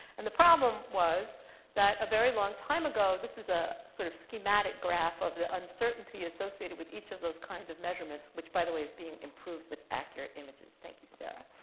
and the problem was that a very long time ago this is a sort of schematic graph of the uncertainty associated with each of those kinds of measurements, which by the way is being improved with accurate images. thank you, sara.